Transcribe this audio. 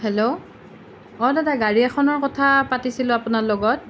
hello অ' দাদা গাড়ী এখনৰ কথা পাতিছিলোঁ আপোনাৰ লগত